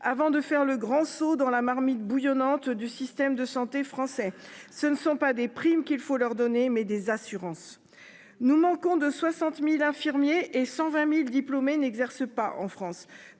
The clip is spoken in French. avant de faire le grand saut dans la marmite bouillonnante du système de santé français. Ce ne sont pas des primes qu'il faut leur donner mais des assurances. Nous manquons de 60.000 infirmiers et 120.000 diplômés n'exercent pas en France